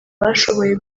bashoboye